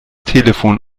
telefon